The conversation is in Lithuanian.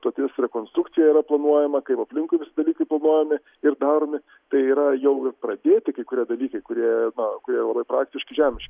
stoties rekonstrukcija yra planuojama kaip aplinkui visi dalykai planuojami ir daromi tai yra jau pradėti kai kurie dalykai kurie na kurie labai praktiški žemiški